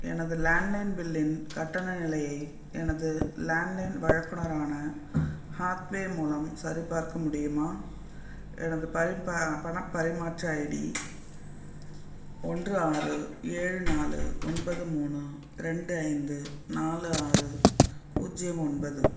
எனது லேண்ட்லைன் பில்லின் கட்டண நிலையை எனது லேண்ட்லைன் வழக்குனரான ஹாத்வே மூலம் சரிபார்க்க முடியுமா எனது பரிப் ப பணப் பரிமாற்ற ஐடி ஒன்று ஆறு ஏழு நாலு ஒன்பது மூணு ரெண்டு ஐந்து நாலு ஆறு பூஜ்ஜியம் ஒன்பது